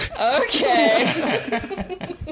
Okay